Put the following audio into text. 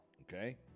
Okay